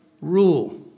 rule